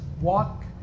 walk